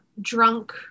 drunk